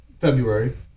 February